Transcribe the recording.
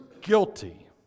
guilty